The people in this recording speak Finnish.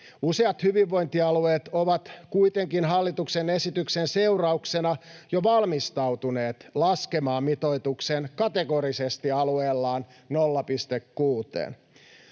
Useat hyvinvointialueet ovat kuitenkin hallituksen esityksen seurauksena jo valmistautuneet laskemaan mitoituksen kategorisesti alueellaan 0,6:een.